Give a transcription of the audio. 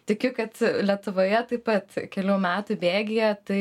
tikiu kad lietuvoje taip pat kelių metų bėgyje tai